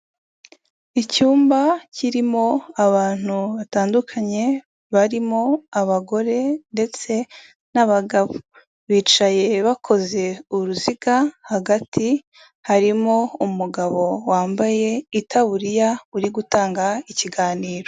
Icyumba kirimo abantu batandukanye barimo abagore ndetse n'abagabo. Bicaye bakoze uruziga, hagati harimo umugabo wambaye itaburiya uri gutanga ikiganiro.